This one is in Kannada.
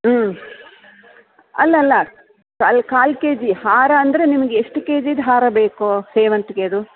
ಹ್ಞೂ ಅಲ್ಲ ಕಾಲು ಕಾಲು ಕೆಜಿ ಹಾರ ಅಂದರೆ ನಿಮಗೆ ಎಷ್ಟು ಕೆಜಿದು ಹಾರ ಬೇಕು ಸೇವಂತಿಗೆದು